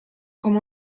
come